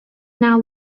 now